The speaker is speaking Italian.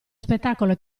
spettacolo